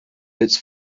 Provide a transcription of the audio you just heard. its